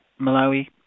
Malawi